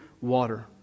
water